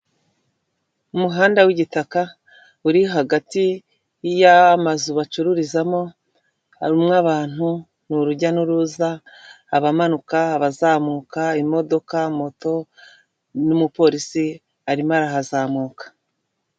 Umuhanda w'igitaka uri hagati y'amazu bacururizamo, harimo abantu, ni urujya n'uruza, abamanuka, abazamuka, imodoka, moto n'umupolisi arimo arahazamuka.